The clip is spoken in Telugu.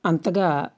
అంతగా